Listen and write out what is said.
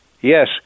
yes